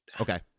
Okay